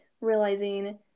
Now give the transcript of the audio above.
realizing